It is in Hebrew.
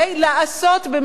במידת האפשר,